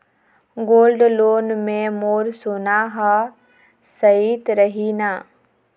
Gold loan मे मोर सोना हा सइत रही न?